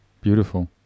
beautiful